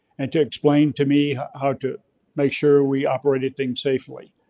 and to explain to me how to make sure we operated things safely.